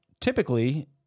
Typically